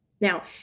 Now